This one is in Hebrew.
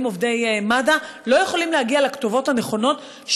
עובדי מד"א לא יכולים להגיע לכתובות הנכונות,